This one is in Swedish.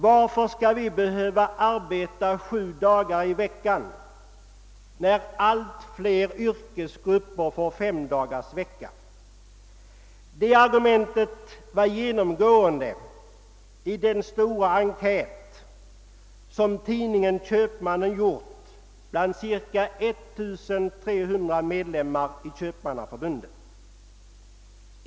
Varför skall vi behöva arbeta sju dagar i veckan, när allt fler yrkesgrupper får femdagarsvecka. Det argumentet var genomgående i den stora enkät som tidningen Köpmannen har gjort bland cirka 1300 medlemmar i Köpmannaförbundet.